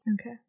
Okay